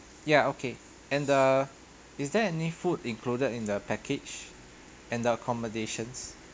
ya okay and the is there any food included in the package and the accommodations